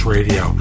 Radio